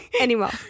anymore